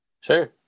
Sure